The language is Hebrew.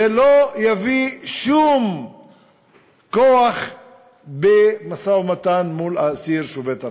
זה לא יביא שום כוח במשא-ומתן מול האסיר שובת הרעב,